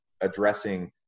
addressing